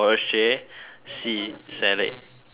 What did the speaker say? oh